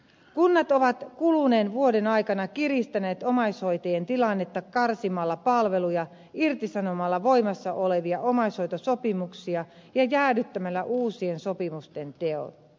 kunnat ovat kuluneen vuoden aikana kiristäneet omaishoitajien tilannetta karsimalla palveluja irtisanomalla voimassa olevia omaishoitosopimuksia ja jäädyttämällä uusien sopimusten teon